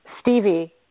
Stevie